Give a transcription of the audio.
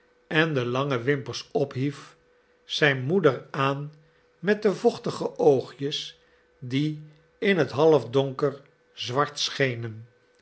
en de lange wimpers ophief zijn moeder aan met de vochtige oogjes die in het half donker zwart schenen